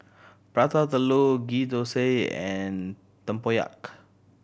Prata Telur Ghee Thosai and tempoyak